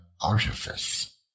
artifice